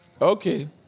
Okay